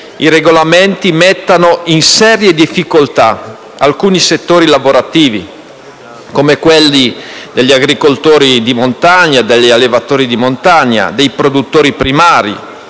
i regolamenti mettano in seria difficoltà alcuni settori lavorativi, come quelli degli agricoltori e degli allevatori di montagna, o dei produttori primari,